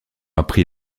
appris